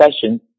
sessions